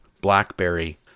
BlackBerry